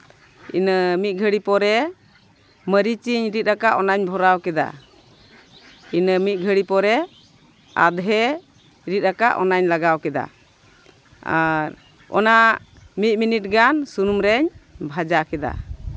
ᱤᱱᱟᱹ ᱢᱤᱫ ᱜᱷᱟᱹᱲᱤ ᱯᱚᱨᱮ ᱢᱟᱹᱨᱤᱪ ᱤᱧ ᱨᱤᱫ ᱟᱠᱟᱫ ᱚᱱᱟᱧ ᱵᱷᱚᱨᱟᱣ ᱠᱮᱫᱟ ᱤᱱᱟᱹ ᱢᱤᱫ ᱜᱷᱟᱹᱲᱤᱡ ᱯᱚᱨᱮ ᱟᱫᱷᱮᱧ ᱨᱤᱫ ᱟᱠᱟᱫ ᱚᱱᱟᱧ ᱞᱟᱜᱟᱣ ᱠᱮᱫᱟ ᱟᱨ ᱚᱱᱟ ᱢᱤᱫ ᱢᱤᱱᱤᱴ ᱜᱟᱱ ᱥᱩᱱᱩᱢ ᱨᱤᱧ ᱵᱷᱟᱡᱟ ᱠᱮᱫᱟ